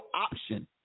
option